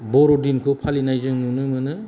बरदिनखौ फालिनाय जों नुनो मोनो